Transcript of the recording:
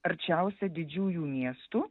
arčiausia didžiųjų miestų